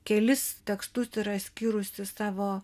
kelis tekstus yra skyrusi savo